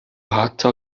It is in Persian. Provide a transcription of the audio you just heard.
حتی